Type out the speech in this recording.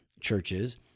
churches